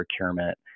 procurement